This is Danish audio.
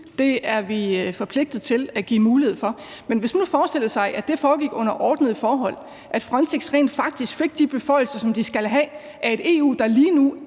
Det er vi forpligtet til at give mulighed for. Men hvis man nu forestillede sig, at det foregik under ordnede forhold, og at Frontex rent faktisk fik de beføjelser, som de skal have af et EU, der lige nu